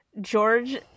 George